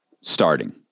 starting